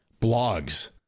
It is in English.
blogs